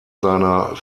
seiner